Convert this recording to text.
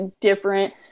different